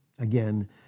again